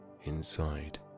inside